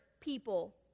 people